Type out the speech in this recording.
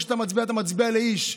כשאתה מצביע אתה מצביע לאיש,